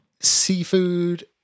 seafood